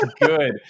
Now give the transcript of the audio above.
good